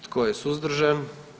Tko je suzdržan?